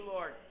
Lord